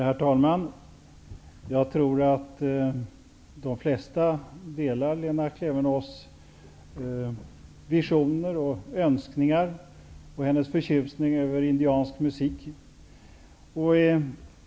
Herr talman! Jag tror att de flesta har samma visioner och önskningar som Lena Klevenås och visar samma förtjusning som hon över indiansk musik.